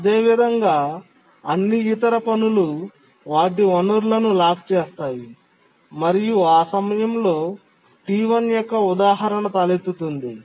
అదేవిధంగా అన్ని ఇతర పనులు వారి వనరులను లాక్ చేస్తాయి మరియు ఆ సమయంలో T1 యొక్క ఉదాహరణ తలెత్తుతుంది